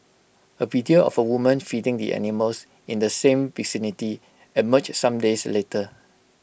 A video of A woman feeding the animals in the same vicinity emerged some days later